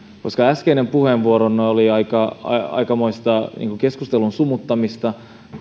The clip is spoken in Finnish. koska äskeinen puheenvuoronne oli aikamoista keskustelun sumuttamista